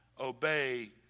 obey